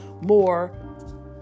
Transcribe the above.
more